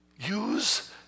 Use